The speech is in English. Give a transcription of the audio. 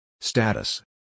Status